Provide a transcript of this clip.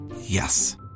Yes